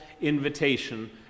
invitation